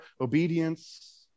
obedience